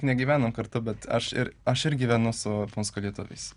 negyvenam kartu bet aš ir aš ir gyvenu su punsko lietuviais